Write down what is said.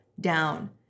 down